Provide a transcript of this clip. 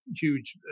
huge